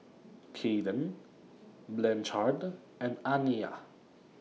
Kaden Blanchard and Aniyah